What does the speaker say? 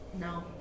no